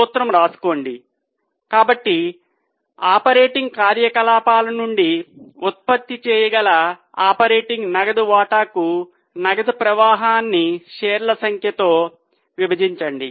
సూత్రము రాసుకోండి కాబట్టి ఆపరేటింగ్ కార్యకలాపాల నుండి ఉత్పత్తి చేయబడిన ఆపరేటింగ్ నగదు వాటాకు నగదు ప్రవాహాన్ని షేర్ల సంఖ్యతో విభజించండి